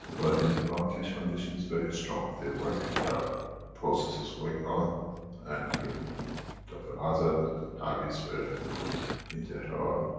but in iran, keshe foundation is very strong, they work, there are processes going on and dr azar and dr pavriz were in teheran,